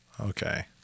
Okay